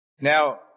Now